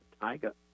tiger